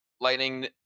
Lightning